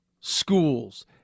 Schools